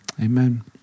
Amen